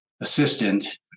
assistant